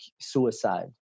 suicide